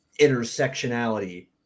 intersectionality